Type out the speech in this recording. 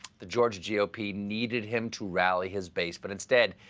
the georgia g o p. needed him to rally his base, but instead,